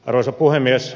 arvoisa puhemies